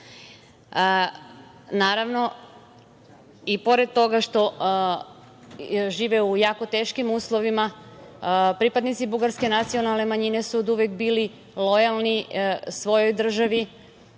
Naravno, i pored toga što žive u jako teškim uslovima, pripadnici bugarske nacionalne manjine su oduvek bili lojalni svojoj državi,